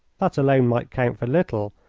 that alone might count for little,